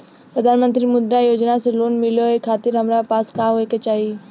प्रधानमंत्री मुद्रा योजना से लोन मिलोए खातिर हमरा पास का होए के चाही?